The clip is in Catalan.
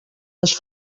les